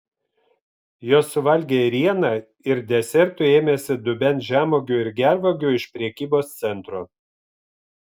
jos suvalgė ėrieną ir desertui ėmėsi dubens žemuogių ir gervuogių iš prekybos centro